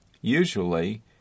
Usually